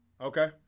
Okay